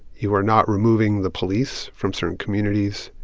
you are not removing the police from certain communities.